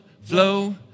flow